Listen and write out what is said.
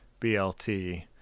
BLT